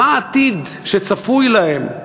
מה העתיד שצפוי להם?